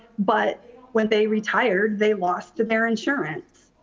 but when they retired, they lost their insurance.